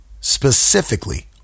specifically